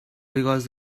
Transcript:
because